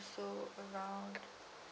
so around